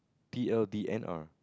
T_L_D_N_R